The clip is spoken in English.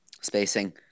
spacing